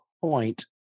point